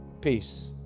Peace